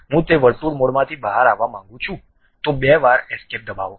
હું તે વર્તુળ મોડમાંથી બહાર આવવા માંગુ છું તો બે વાર એસ્કેપ દબાવો